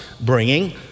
bringing